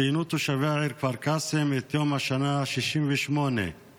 ציינו תושבי העיר כפר קאסם את יום השנה ה-68 לטבח